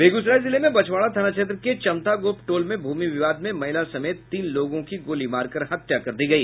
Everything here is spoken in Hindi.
बेगूसराय जिले में बछवारा थाना क्षेत्र के चमथा गोप टोल में भूमि विवाद में महिला समेत तीन लोगों की गोली मारकर हत्या कर दी गई